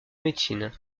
médecine